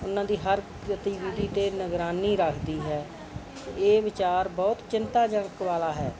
ਉਹਨਾਂ ਦੀ ਹਰ ਗਤੀਵਿਧੀ 'ਤੇ ਨਿਗਰਾਨੀ ਰੱਖਦੀ ਹੈ ਇਹ ਵਿਚਾਰ ਬਹੁਤ ਚਿੰਤਾਜਨਕ ਵਾਲਾ ਹੈ